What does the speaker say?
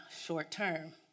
short-term